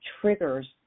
triggers